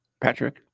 Patrick